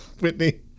Whitney